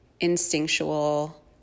instinctual